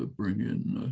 ah bring in